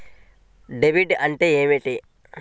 Debit అంటే ఏమిటి?